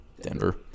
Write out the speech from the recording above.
Denver